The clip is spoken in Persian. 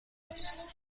است